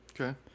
okay